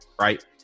right